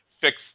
fix